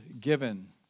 given